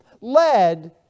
led